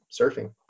surfing